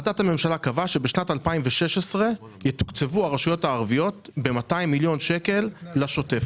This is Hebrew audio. שקבעה שבשנת 2016 יתוקצבו הרשויות הערביות ב-200 מיליון שקל לשוטף.